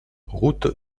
route